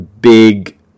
big